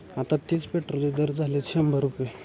आता तेच पेट्रोलचे दर झाले आहेत शंभर रुपये